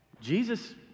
Jesus